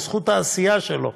בזכות העשייה שלו,